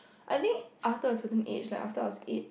I would think after a certain age like after I was eight